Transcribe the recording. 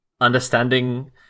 understanding